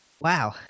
wow